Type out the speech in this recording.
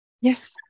Yes